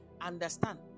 understand